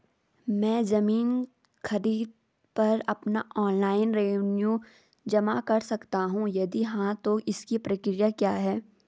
मैं ज़मीन खरीद पर अपना ऑनलाइन रेवन्यू जमा कर सकता हूँ यदि हाँ तो इसकी प्रक्रिया क्या है?